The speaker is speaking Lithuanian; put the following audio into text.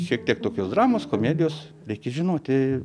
šiek tiek tokios dramos komedijos reikia žinoti